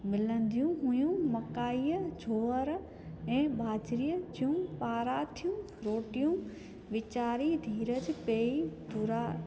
मिलंदियूं हुयूं मकाईअ जूअरि ऐं ॿाझिरीअ जूं पारा थियूं रोटियूं वेचारी धीरजु पेई धुरा